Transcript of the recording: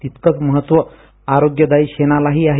तितकंच महत्व आरोग्यदायी शेणालाही आहे